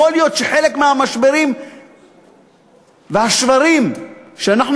יכול להיות שחלק מהמשברים והשברים שאנחנו